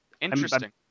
Interesting